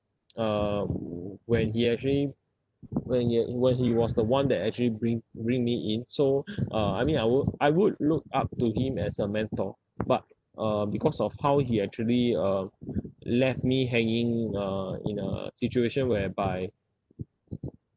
uh when he actually when he when he was the one that actually bring bring me in so uh I mean I would I would look up to him as a mentor but uh because of how he actually uh left me hanging uh in a situation whereby